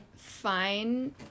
fine